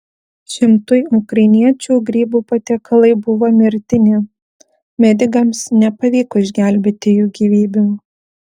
šimtui ukrainiečių grybų patiekalai buvo mirtini medikams nepavyko išgelbėti jų gyvybių